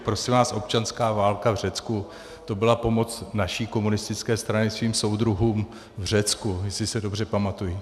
Prosím vás, občanská válka v Řecku, to byla pomoc naší komunistické strany svým soudruhům v Řecku, jestli se dobře pamatuji.